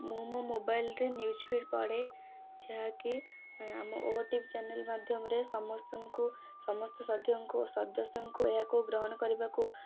ମୁଁ ମୋ ମୋବାଇଲ୍ରେ ନ୍ୟୁଜ୍ ଫ୍ୟୁଜ୍ ପଢ଼େ ଯାହା କି ଆମ ଓଟିଭି ଚ୍ୟାନେଲ୍ ମାଧ୍ୟମରେ ସମସ୍ତଙ୍କୁ ସମସ୍ତ ସଦସ୍ୟଙ୍କୁ ଏହାକୁ ଗ୍ରହଣ କରିବାକୁ